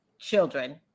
children